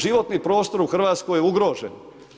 Životni prostor u Hrvatskoj je ugrožen.